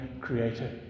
creator